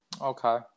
Okay